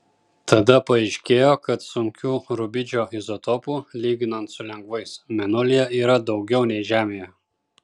tada paaiškėjo kad sunkių rubidžio izotopų lyginant su lengvais mėnulyje yra daugiau nei žemėje